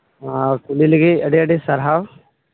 ᱟᱨ ᱠᱩᱞᱤ ᱞᱟᱹᱜᱤᱫ ᱟᱹᱰᱤ ᱟᱹᱰᱤ ᱥᱟᱨᱦᱟᱣ